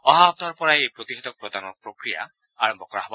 অহা সপ্তাহৰ পৰাই এই প্ৰতিষেধক প্ৰদানৰ প্ৰক্ৰিয়া আৰম্ভ কৰা হ'ব